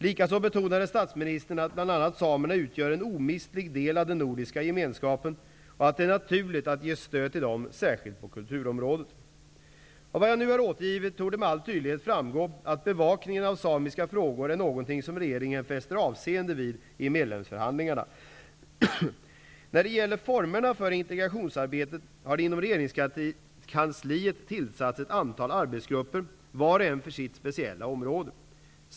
Likaså betonade statsministern att bl.a. samerna utgör en omistlig del av den nordiska gemenskapen och att det är naturligt att ge stöd till dem, särskilt på kulturområdet. Av vad jag nu har återgivit torde med all tydlighet framgå att bevakningen av samiska frågor är något som regeringen fäster avseende vid i medlemsförhandlingarna. När det gäller formerna för integrationsarbetet har det inom regeringskansliet tillsatts ett antal arbetsgrupper, var och en ansvarig för sitt speciella område.